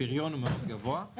הפריון הוא גבוה מאוד.